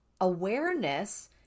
awareness